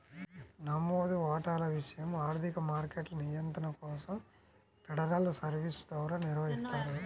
నమోదు వాటాల విషయం ఆర్థిక మార్కెట్ల నియంత్రణ కోసం ఫెడరల్ సర్వీస్ ద్వారా నిర్వహిస్తారు